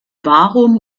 warum